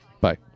Bye